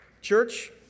church